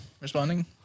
responding